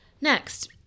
Next